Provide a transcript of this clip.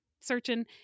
searching